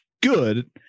good